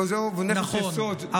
נכון,